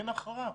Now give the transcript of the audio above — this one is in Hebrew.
אין הכרעה.